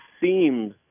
seems